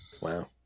Wow